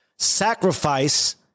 sacrifice